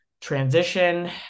transition